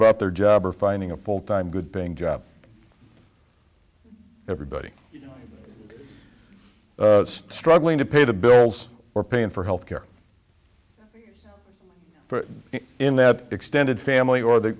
about their job or finding a full time good paying job everybody struggling to pay the bills or paying for health care for in that extended family or the